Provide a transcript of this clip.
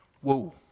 Whoa